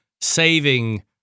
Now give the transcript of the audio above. saving